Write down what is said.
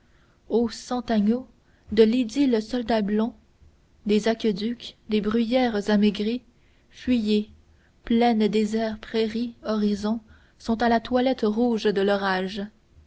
o cent agneaux de l'idylle soldats blonds des aqueducs des bruyères amaigries fuyez plaine déserts prairie horizons sont à la toilette rouge de l'orage